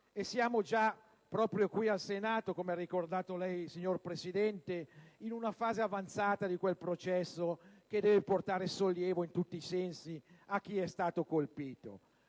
rapidità e proprio qui al Senato, come ha ricordato lei, signor Presidente, siamo già in una fase avanzata di quel processo che deve portare sollievo in tutti i sensi a chi è stato colpito.